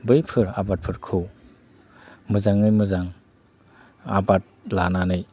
बैफोर आबादफोरखौ मोजाङै मोजां आबाद लानानै